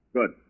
Good